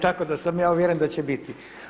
Tako da sam ja uvjeren da će biti.